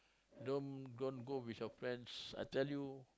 don't don't go with your friends I tell you